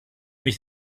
mich